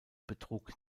betrug